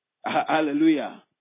Hallelujah